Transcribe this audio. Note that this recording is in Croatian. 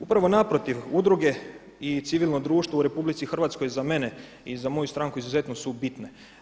Upravo naprotiv, udruge i civilno društvo u RH za mene i za moju stranku izuzetno su bitne.